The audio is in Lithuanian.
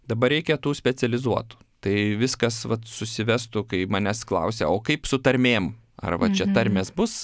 dabar reikia tų specializuotų tai viskas vat susivestų kai manęs klausia o kaip su tarmėm arba čia tarmės bus